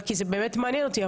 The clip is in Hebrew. כי זה באמת מעניין אותי.